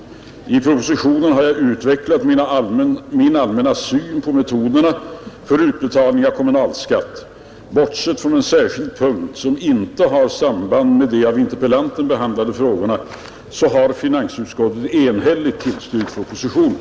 I propositionen har jag utvecklat min allmänna syn på metoderna för utbetalning av kommunalskatt. Bortsett från en särskild punkt, som inte har samband med de av interpellanten behandlade frågorna, har finansutskottet enhälligt tillstyrkt propositionen.